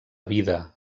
vida